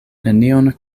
nenion